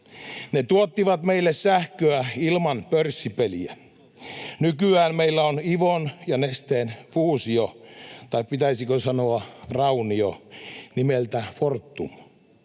Ne tuottivat meille sähköä ilman pörssipeliä. Nykyään meillä on IVOn ja Nesteen fuusio — tai pitäisikö sanoa raunio — nimeltä Fortum.